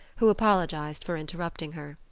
who apologized for interrupting her.